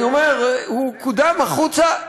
אני אומר, הוא קודם החוצה.